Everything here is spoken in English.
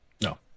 No